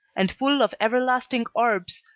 and full of everlasting orbs,